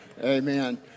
Amen